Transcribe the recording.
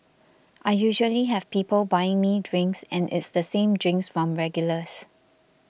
I usually have people buying me drinks and it's the same drinks from regulars